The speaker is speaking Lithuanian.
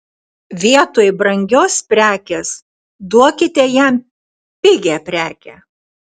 vietoj brangios prekės duokite jam pigią prekę